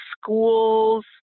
schools